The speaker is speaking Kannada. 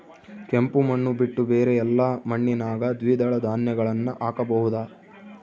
ಕೆಂಪು ಮಣ್ಣು ಬಿಟ್ಟು ಬೇರೆ ಎಲ್ಲಾ ಮಣ್ಣಿನಾಗ ದ್ವಿದಳ ಧಾನ್ಯಗಳನ್ನ ಹಾಕಬಹುದಾ?